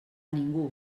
ningú